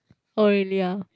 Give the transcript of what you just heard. oh really ah